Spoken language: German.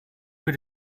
für